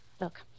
look